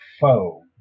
foe